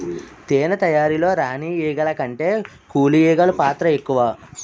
తేనె తయారీలో రాణి ఈగల కంటే కూలి ఈగలు పాత్ర ఎక్కువ